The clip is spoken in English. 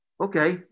okay